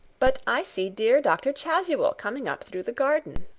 but i see dear dr. chasuble coming up through the garden.